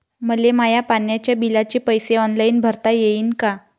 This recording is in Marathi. मले माया पाण्याच्या बिलाचे पैसे ऑनलाईन भरता येईन का?